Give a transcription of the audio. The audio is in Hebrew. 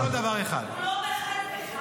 בגלל זה הוא בחר בנו, הוא לא בחר בך.